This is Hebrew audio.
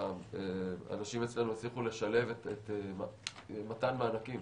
אנשים אצלנו הצליחו לשלב את מתן מענקים